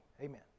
Amen